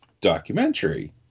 documentary